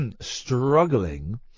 struggling